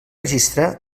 registre